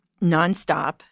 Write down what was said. nonstop